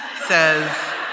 says